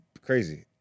crazy